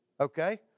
okay